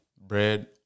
bread